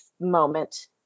moment